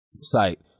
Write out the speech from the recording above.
site